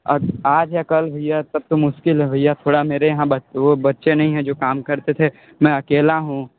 अब आज या कल भैया तब तो मुश्किल है भैया थोड़ा मेरे यहाँ बचे वो बच्चे नहीं हैं जो काम करते थे मैं अकेला हूँ